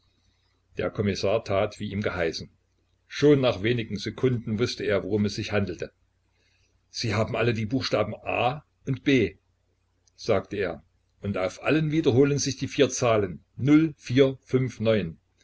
der kommissar tat wie ihm geheißen schon nach wenigen sekunden wußte er worum es sich handelte sie haben alle die buchstaben a und b sagte er und auf allen wiederholen sich die vier zahlen